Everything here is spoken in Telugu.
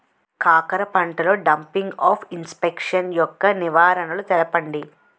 కాకర పంటలో డంపింగ్ఆఫ్ని ఇన్ఫెక్షన్ యెక్క నివారణలు తెలపండి?